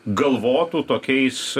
galvotų tokiais